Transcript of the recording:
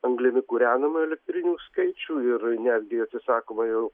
anglimi kūrenamų elektrinių skaičių ir netgi atsisakoma jau